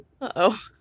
Uh-oh